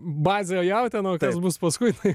bazė jautiena o kas bus paskui tai